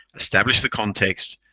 establish the context,